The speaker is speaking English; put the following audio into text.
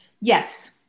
Yes